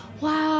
Wow